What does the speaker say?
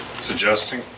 suggesting